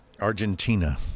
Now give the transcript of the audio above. Argentina